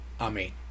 Amen